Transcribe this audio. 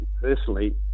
personally